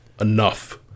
enough